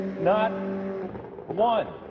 not one.